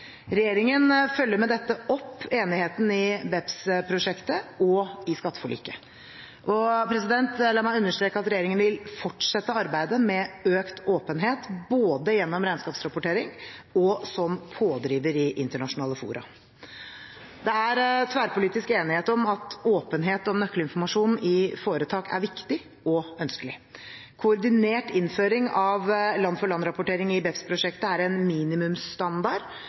Regjeringen følger med dette opp enigheten i BEPS-prosjektet og i skatteforliket. La meg understreke at regjeringen vil fortsette arbeidet med økt åpenhet, både gjennom regnskapsrapportering og som pådriver i internasjonale fora. Det er tverrpolitisk enighet om at åpenhet og nøkkelinformasjon i foretak er viktig og ønskelig. Koordinert innføring av land-for-land-rapportering i BEPS-prosjektet er en minimumsstandard